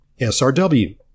SRW